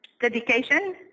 dedication